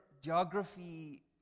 geography